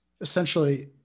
Essentially